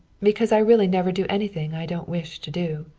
because i really never do anything i don't wish to do.